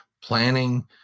planning